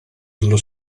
dallo